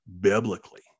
biblically